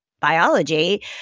biology